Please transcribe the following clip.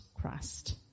Christ